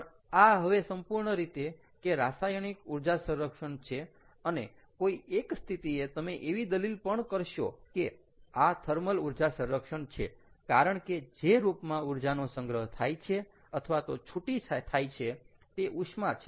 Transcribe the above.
પણ આ હવે સંપૂર્ણ રીતે કે રાસાયણિક ઊર્જા સંરક્ષણ છે અને કોઈ એક સ્થિતિએ તમે એવી દલીલ પણ કરશો કે આ થર્મલ ઊર્જા સંરક્ષણ છે કારણ કે જે રૂપમાં ઊર્જાનો સંગ્રહ થાય છે અથવા તો છૂટી થાય છે તે ઉષ્મા છે